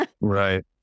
Right